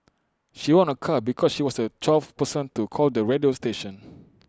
she won A car because she was A twelfth person to call the radio station